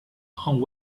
own